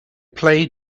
play